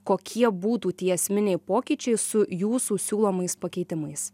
kokie būtų tie esminiai pokyčiai su jūsų siūlomais pakeitimais